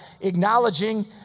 acknowledging